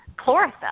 chlorophyll